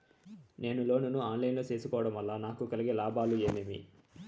నేను లోను ను online లో సేసుకోవడం వల్ల నాకు కలిగే లాభాలు ఏమేమీ?